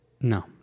No